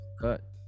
cut